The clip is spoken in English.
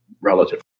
relative